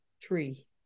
tree